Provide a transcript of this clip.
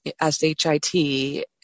S-H-I-T